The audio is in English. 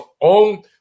own